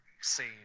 scene